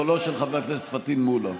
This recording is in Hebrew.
קולו של חבר הכנסת פטין מולא.